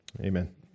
Amen